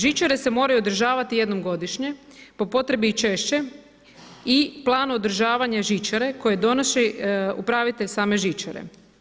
Žičare se moraju održavati jednom godišnje, po potrebi i češće i plan održavanja žičare koje donosi upravitelj same žičare.